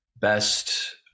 best